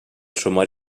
sumar